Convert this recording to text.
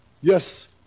yes